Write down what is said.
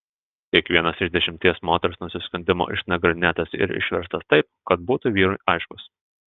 kiekvienas iš dešimties moters nusiskundimų išnagrinėtas ir išverstas taip kad būtų vyrui aiškus